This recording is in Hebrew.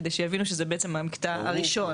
כדי שיבינו שזה בעצם המקטע הראשון.